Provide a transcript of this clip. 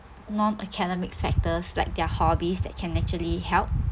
non-academic factors like their hobbies that can actually help